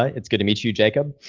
it's good to meet you, jacob.